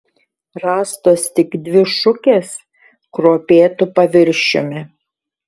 rastos tik dvi šukės kruopėtu paviršiumi